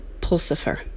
Pulsifer